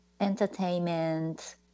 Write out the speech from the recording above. entertainment